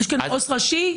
יש כאן עו"ס ראשי.